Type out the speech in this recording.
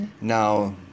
Now